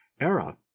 era